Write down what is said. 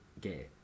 gay